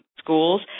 schools